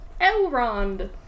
Elrond